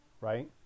right